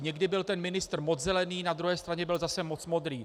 Někdy byl ten ministr moc zelený, na druhé straně byl zase moc modrý.